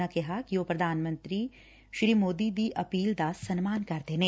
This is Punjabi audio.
ਉਨ੍ਹਾਂ ਕਿਹਾ ਕਿ ਉਹ ਪ੍ਰਧਾਨ ਮੰਤਰੀ ਦੀ ਅਪੀਲ ਦਾ ਸਨਮਾਨ ਕਰਦੇ ਨੇ